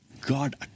God